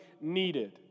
needed